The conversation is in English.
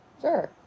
Sure